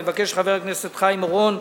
אני מבקש מחבר הכנסת חיים אורון,